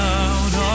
out